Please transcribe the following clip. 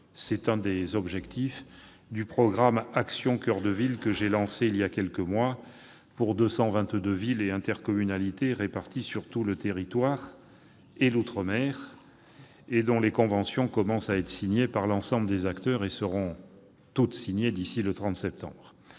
C'est l'un des objectifs du programme « Action coeur de ville », que j'ai lancé voilà quelques mois pour 222 villes et intercommunalités réparties sur tout le territoire hexagonal et outre-mer, et dont les conventions commencent à être signées par l'ensemble des acteurs- elles seront toutes signées d'ici au 30 septembre.